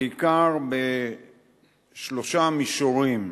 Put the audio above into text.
בעיקר בשלושה מישורים,